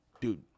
Dude